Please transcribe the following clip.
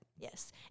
Yes